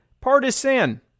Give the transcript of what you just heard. partisan